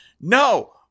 no